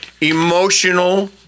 Emotional